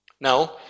Now